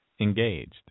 engaged